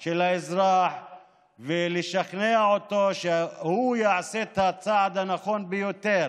של האזרח ולשכנע אותו שהוא יעשה את הצעד הנכון ביותר